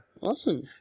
awesome